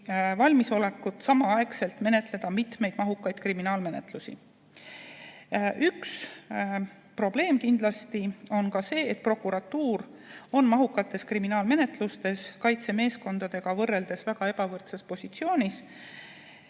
valmisolekut samaaegselt menetleda mitmeid mahukaid kriminaalasju. Üks probleem on kindlasti see, et prokuratuur on mahukates kriminaalasjades kaitsemeeskondadega võrreldes väga ebavõrdses opositsioonis